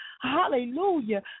hallelujah